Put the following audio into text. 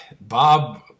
Bob